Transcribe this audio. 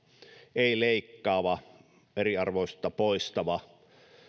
ei leikkaava eriarvoisuutta poistava